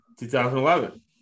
2011